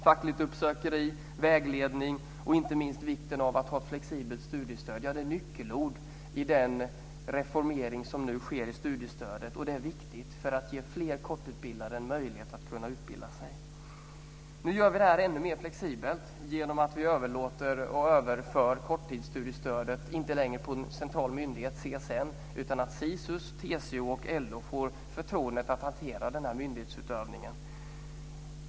Fackligt uppsökande, vägledning och inte minst vikten av att ha flexibelt studiestöd är nyckelord i den reformering som nu sker av studiestödet. Det är viktigt för att ge fler kortutbildade en möjlighet att utbilda sig. Nu gör vi det här ännu mer flexibelt genom att vi överför korttidsstudiestödet inte på en central myndighet, CSN, utan på Sisus, TCO och LO, som får förtroende att hantera denna myndighetsutövning.